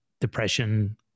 depression